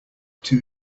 two